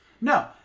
No